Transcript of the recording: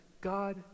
God